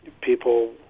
people